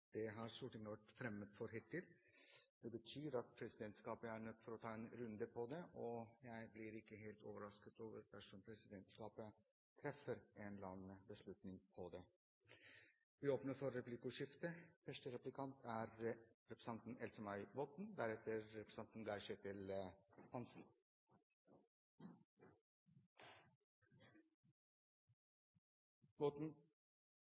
Det har Stortinget vært fremmed for hittil. Det betyr at presidentskapet er nødt til å ta en runde på det, og jeg blir ikke helt overrasket dersom presidentskapet treffer en eller annen beslutning angående dette. Det blir replikkordskifte. Vi kan vel vente oss et enkelt budskap fra Fremskrittspartiet i valgkampen. Det som jeg ønsker å spørre representanten